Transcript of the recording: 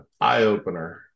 eye-opener